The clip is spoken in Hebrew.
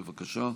בבקשה.